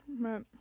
Right